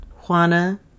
Juana